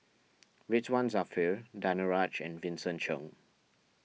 Ridzwan Dzafir Danaraj and Vincent Cheng